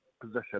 position